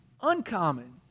uncommon